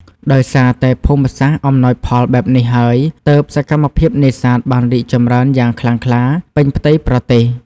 ដោយសារតែភូមិសាស្ត្រអំណោយផលបែបនេះហើយ ទើបសកម្មភាពនេសាទបានរីកចម្រើនយ៉ាងខ្លាំងក្លាពេញផ្ទៃប្រទេស។